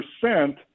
percent